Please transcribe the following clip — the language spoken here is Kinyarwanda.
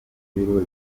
ibiro